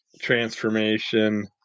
transformation